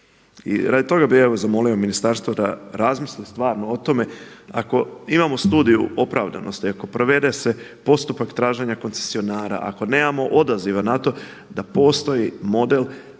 I radi toga bih evo zamolio ministarstvo da razmisli stvarno o tome. Ako imamo Studiju opravdanosti i ako provede se postupak traženja koncesionara, ako nemamo odaziva na to da postoji model kako